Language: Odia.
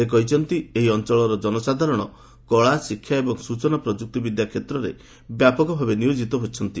ସେ କହିଛନ୍ତି ଏହି ଅଞ୍ଚଳର ଜନସାଧାରଣ କଳା ଶିକ୍ଷା ଏବଂ ସ୍ତଚନା ପ୍ରଯୁକ୍ତି ବିଦ୍ୟା କ୍ଷେତ୍ରରେ ବ୍ୟାପକ ଭାବେ ନିୟୋଜିତ ଅଛନ୍ତି